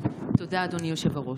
אדוני היושב-ראש.